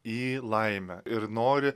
į laimę ir nori